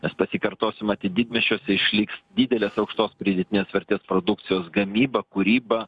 nes pasikartosiu matyt didmiesčiuose išliks didelės aukštos pridėtinės vertės produkcijos gamyba kūryba